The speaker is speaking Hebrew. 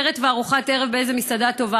סרט וארוחת ערב באיזה מסעדה טובה.